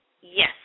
Yes